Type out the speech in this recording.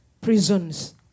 prisons